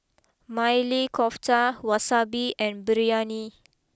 Maili Kofta Wasabi and Biryani